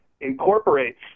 incorporates